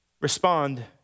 respond